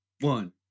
One